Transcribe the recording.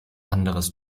anderes